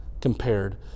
compared